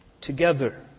together